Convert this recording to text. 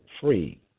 free